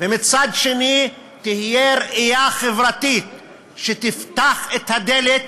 ומצד שני שתהיה ראייה חברתית שתפתח את הדלת